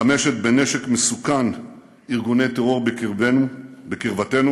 מחמשת בנשק מסוכן ארגוני טרור בקרבתנו